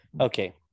Okay